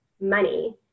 money